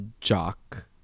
Jock